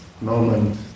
moment